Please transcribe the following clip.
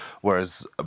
whereas